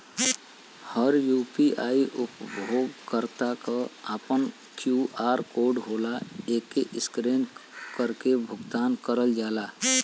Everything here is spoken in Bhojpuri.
हर यू.पी.आई उपयोगकर्ता क आपन क्यू.आर कोड होला एके स्कैन करके भुगतान करल जाला